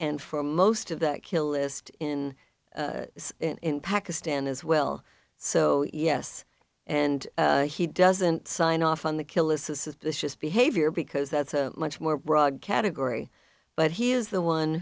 and for most of the kill ist in in pakistan as well so yes and he doesn't sign off on the kill is this is this just behavior because that's a much more broad category but he is the one